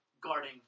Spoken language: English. guarding